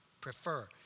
prefer